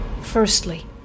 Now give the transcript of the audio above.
Firstly